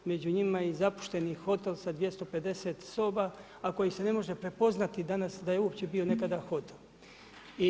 Među njima je i zapušteni hotel sa 250 soba, a koji se ne može prepoznati danas da je uopće bio nekada hotel.